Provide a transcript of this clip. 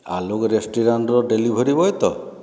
ଆଲୋକ ରେଷ୍ଟୁରାଣ୍ଟ୍ର delivery boy ତ